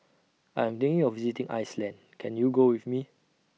I Am thinking of visiting Iceland Can YOU Go with Me